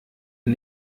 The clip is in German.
ihr